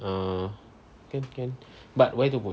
ah can can but where to put